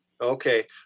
okay